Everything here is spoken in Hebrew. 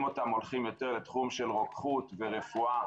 אותם הולכים יותר לתחום של רוקחות ורפואה.